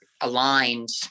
aligned